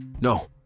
No